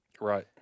Right